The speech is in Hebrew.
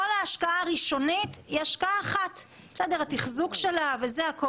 כל ההשקעה הראשונית היא השקעה אחת, התחזוק והכול.